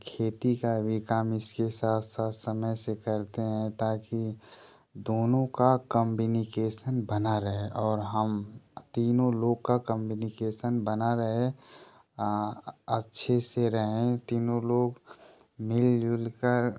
खेती का भी काम इसके साथ साथ समय से करते हैं ताकि दोनों का कम्बनिकेसन बना रहे और हम तीनों लोक का कम्बनिकेसन बना रहे अच्छे से रहें तीनों लोग मिलजुल कर